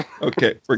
Okay